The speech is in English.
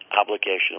obligation